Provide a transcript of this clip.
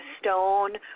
stone